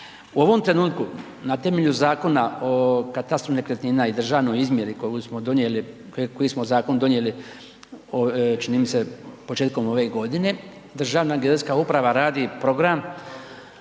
U ovom trenutku na temelju Zakona o katastru nekretnina i državnoj izmjeri koju smo donijeli, koji smo zakon donijeli čini mi se početkom ove godine, Državna geodetska uprava radi program